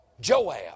Joab